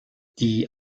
die